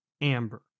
Amber